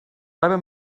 dabei